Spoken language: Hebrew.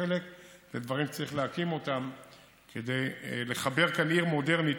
וחלק הם דברים שצריכים להקים כדי לחבר כאן עיר מודרנית,